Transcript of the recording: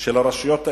של הרשויות האלה,